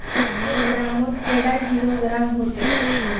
एक ग्राम मौत कैडा किलोग्राम होचे?